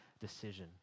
decision